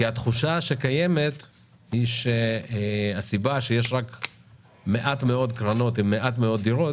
התחושה שקיימת היא שהסיבה לכך שיש מעט מאוד קרנות עם מעט מאוד דירות